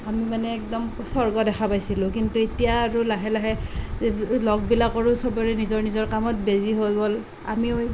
আমি মানে একদম স্বৰ্গ দেখা পাইছিলোঁ কিন্তু এতিয়া আৰু লাহে লাহে লগবিলাকৰো সবৰে নিজৰ নিজৰ কামত বিজি হৈ গ'ল আমিও